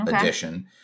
edition